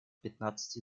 пятнадцати